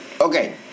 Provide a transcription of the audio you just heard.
Okay